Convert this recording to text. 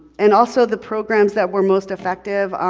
and also the programs that were most effective,